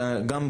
וגם,